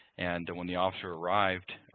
and when the officer arrived,